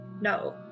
No